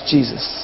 Jesus